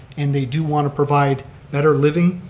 and they do want to provide better living,